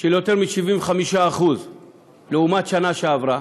של יותר מ-75% לעומת השנה שעברה.